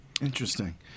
Interesting